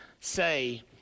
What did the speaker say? say